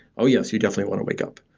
oh, yes, you definitely want to wake up.